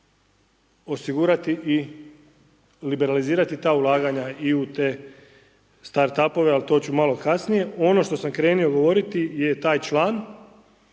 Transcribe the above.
osigurati i liberalizirati ta ulaganja i u te starup-ove ali to ću malo kasnije. Ono što sam krenuo govoriti je taj član,